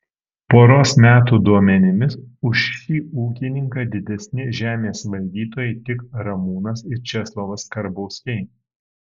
poros metų duomenimis už šį ūkininką didesni žemės valdytojai tik ramūnas ir česlovas karbauskiai